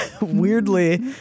weirdly